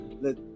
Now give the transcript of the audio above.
let